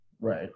Right